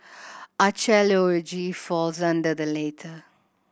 archaeology falls under the latter